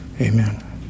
Amen